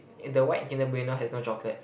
in the white Kinder Bueno has no chocolate